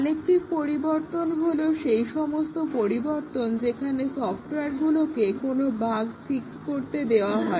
collective পরিবর্তন হলো সেই সমস্ত পরিবর্তনগুলো যেখানে সফটওয়্যারগুলোকে কোনো বাগ্ ফিক্স করতে দেওয়া হয়